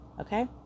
okay